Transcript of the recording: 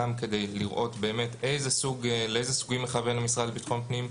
גם כדי לראות באמת לאיזה סוגים מכוון המשרד לביטחון הפנים,